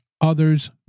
other's